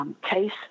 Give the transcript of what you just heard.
case